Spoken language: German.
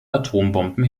atombomben